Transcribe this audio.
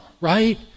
right